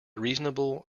reasonable